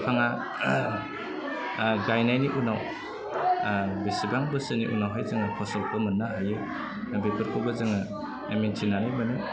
बिफाङा गायनायनि उनाव बेसेबां बोसोरनि उनावहाय जों फसलखौ मोन्नो हायो बेफोरखौबो जोङो मिथिनानै मोनो